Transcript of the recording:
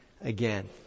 again